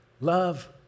Love